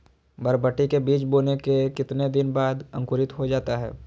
बरबटी के बीज बोने के कितने दिन बाद अंकुरित हो जाता है?